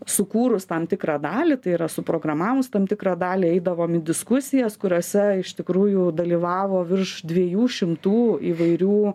sukūrus tam tikrą dalį tai yra suprogramavus tam tikrą dalį eidavom į diskusijas kuriose iš tikrųjų dalyvavo virš dviejų šimtų įvairių